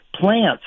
plants